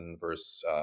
versus